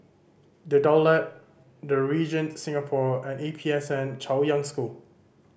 The Daulat The Regent Singapore and A P S N Chaoyang School